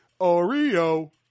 Oreo